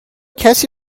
کسی